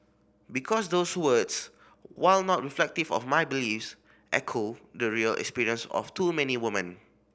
because those words while not reflective of my beliefs echo the real experience of too many woman